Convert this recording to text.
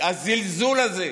הזלזול הזה,